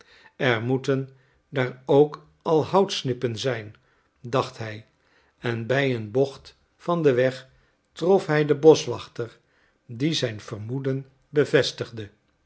er moeten daar ook al houtsnippen zijn dacht hij en bij een bocht van den weg trof hij den boschwachter die zijn vermoeden bevestigde